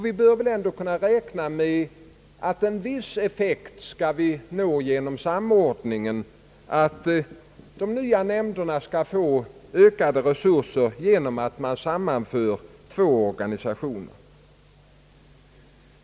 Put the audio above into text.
Vi bör väl ändå kunna räkna med att en viss effekt skall uppnås genom samordningen, att de nya nämnderna skall få ökade resurser genom att två organisationer sammanförs.